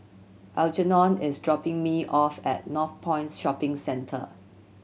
Algernon is dropping me off at Northpoint Shopping Centre